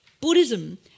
Buddhism